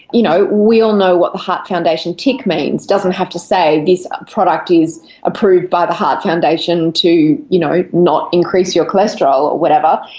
you know, we all know what the heart foundation tick means, it doesn't have to say this product is approved by the heart foundation to you know not increase your cholesterol or whatever,